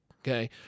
Okay